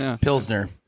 Pilsner